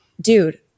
dude